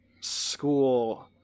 school